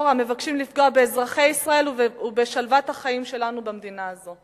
המבקשים לפגוע באזרחי ישראל ובשלוות החיים שלנו במדינה הזו.